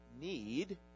need